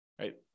right